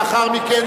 לאחר מכן,